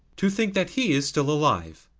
to think that he is still alive!